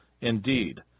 Indeed